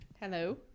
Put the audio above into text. Hello